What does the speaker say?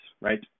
right